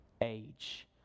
age